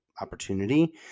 opportunity